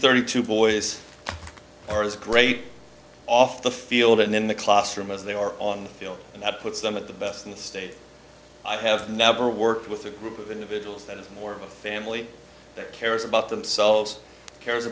thirty two boys are as great off the field in the classroom as they are on the field and that puts some of the best in the state i have never worked with a group of individuals that are more of a family that cares about themselves cares